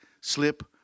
slip